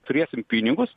turėsim pinigus